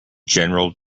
general